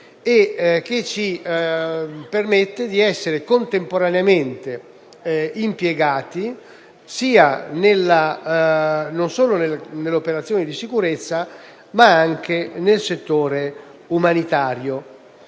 e che ci permettono di essere contemporaneamente impiegati non solo nelle operazioni di sicurezza ma anche nel settore umanitario.